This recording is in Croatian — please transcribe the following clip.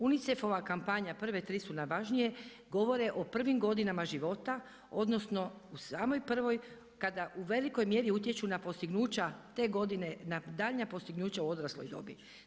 UNICEF-ova kampanja „Prve tri su najvažnije“ govore o prvim godinama života odnosno u samoj prvoj kada u velikoj mjeri utječu na postignuća te godine na daljnja postignuća u odrasloj dobi.